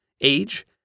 age